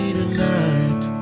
tonight